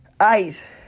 Ice